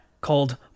called